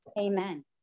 Amen